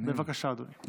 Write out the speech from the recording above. בבקשה, אדוני.